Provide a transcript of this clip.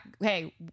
hey